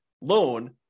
loan